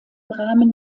rahmen